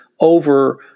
over